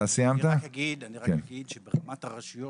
אני רק אגיד שברמת הרשויות,